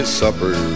supper